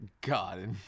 God